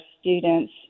students